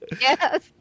yes